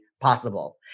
possible